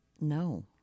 No